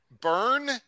Burn